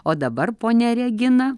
o dabar ponia regina